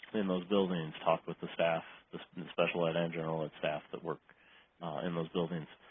in those buildings. talk with the staff special ed and general ed staff that work in those buildings.